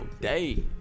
day